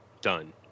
Done